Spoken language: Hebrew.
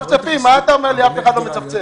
מצפצפים, מה אתה אומר לי שאף אחד לא מצפצף.